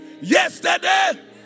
yesterday